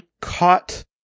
caught